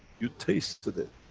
you tasted it.